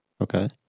Okay